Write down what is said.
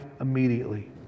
immediately